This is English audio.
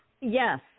Yes